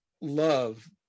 love